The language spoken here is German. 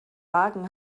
magen